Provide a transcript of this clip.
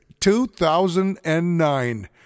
2009